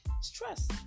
Stress